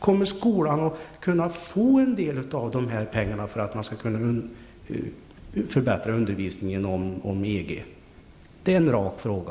Kommer skolan att kunna få en del av dessa pengar för att kunna förbättra undervisningen om EG? Det är en rak fråga.